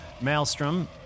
Maelstrom